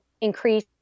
increase